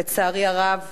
לצערי הרב,